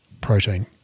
protein